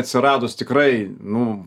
atsiradus tikrai nu